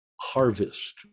harvest